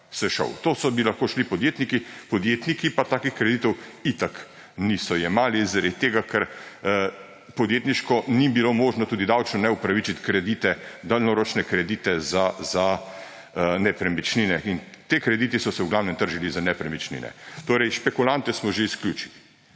To bi se lahko šli podjetniki, podjetniki pa takih kreditov itak niso jemali zaradi tega, ker podjetniško ni bilo možno in tudi davčno ne upravičiti kreditov, daljnoročnih kreditov za nepremičnine, in ti krediti so se v glavnem tržili za nepremičnine. Torej, špekulante smo že izključili.